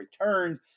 returned